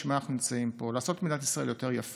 בשביל מה אנחנו נמצאים פה: לעשות את מדינת ישראל יותר יפה,